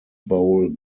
bowl